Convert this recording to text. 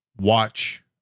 watch